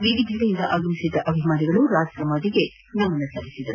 ವಿವಿಧೆಡೆಯಿಂದ ಆಗಮಿಸಿದ್ದ ಅಭಿಮಾನಿಗಳು ರಾಜ್ ಸಮಾಧಿಗೆ ನಮನ ಸಲ್ಲಿಸಿದರು